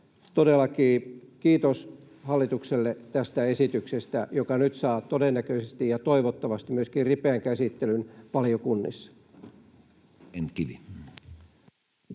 Todellakin, kiitos hallitukselle tästä esityksestä, joka nyt saa todennäköisesti ja toivottavasti myöskin ripeän käsittelyn valiokunnissa. Edustaja